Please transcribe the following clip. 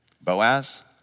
Boaz